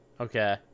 okay